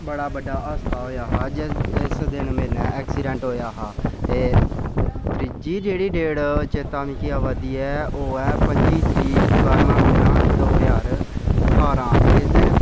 बड़ा बड्डा हादसा होएआ हा इस दिन मेरे ने ऐक्सीडेंट होए हा ते त्री जेह्ड़ी डेट ए ओह् चेता मिगी आवै दी ऐ ओह् ऐ पंजी तरीक बाह्रमां म्हीना दो ज्हार ठारां इस दिन